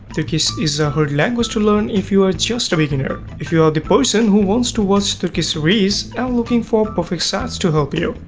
turkish is a hard language to learn if you are just a beginner. if you are the person who wants to watch turkish series and looking for perfect sites to help you.